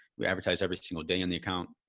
we advertise every single day on the account.